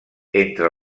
entre